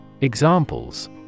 Examples